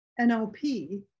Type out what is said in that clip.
NLP